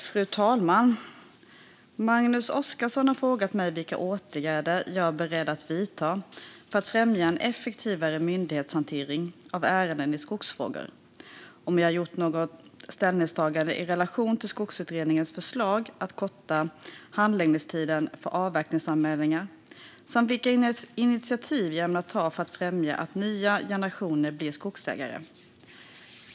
Fru talman! Magnus Oscarsson har frågat mig vilka åtgärder jag är beredd att vidta för att främja en effektivare myndighetshantering av ärenden i skogsfrågor, om jag har gjort något ställningstagande i relation till Skogsutredningens förslag att förkorta handläggningstiden för avverkningsanmälningar samt vilka initiativ jag ämnar ta för att främja att nya generationer blir skogsägare.